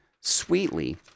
sweetly